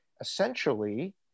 essentially